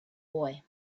boy